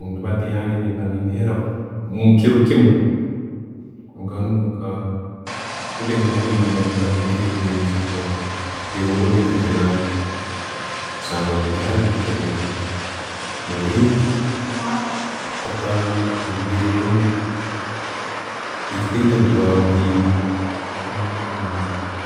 Mundibaata yange nempa neniira omuli kiro kimu, obundi nemba nembara ebigere bibiri, obundi nka'kinaana, kusangwa ndugire hanu, mpikire muka omuweeki attahamu ebigere ekitaito emitwaro nke'ebiri.